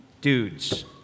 dudes